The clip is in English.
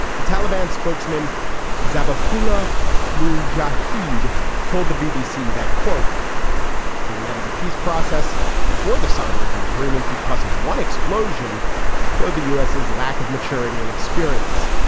a taliban spokesman zabihullah mujahid waheed told the bbc that quote pulling out of the peace process before the signing of the agreement because of one explosion showed the u s. his lack of maturity and experience.